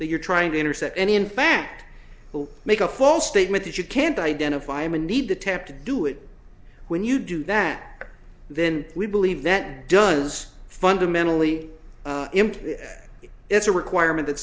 that you're trying to intercept any in fact will make a false statement that you can't identify him indeed the tempted to do it when you do that then we believe that does fundamentally imply it's a requirement that